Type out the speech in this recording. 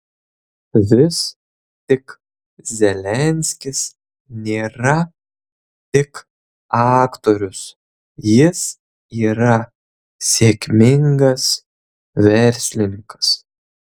vis tik zelenskis nėra tik aktorius jis yra sėkmingas verslininkas